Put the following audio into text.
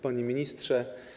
Panie Ministrze!